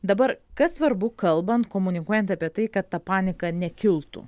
dabar kas svarbu kalbant komunikuojant apie tai kad ta panika nekiltų